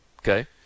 Okay